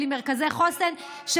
בלי מרכזי חוסן אל מי את באה בטענות?